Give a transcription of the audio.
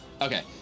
Okay